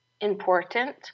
important